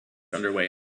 underway